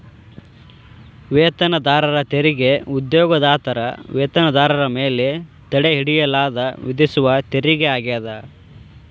ವೇತನದಾರರ ತೆರಿಗೆ ಉದ್ಯೋಗದಾತರ ವೇತನದಾರರ ಮೇಲೆ ತಡೆಹಿಡಿಯಲಾದ ವಿಧಿಸುವ ತೆರಿಗೆ ಆಗ್ಯಾದ